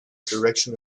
direction